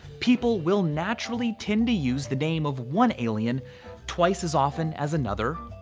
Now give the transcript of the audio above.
people will naturally tend to use the name of one alien twice as often as another,